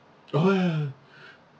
oh ya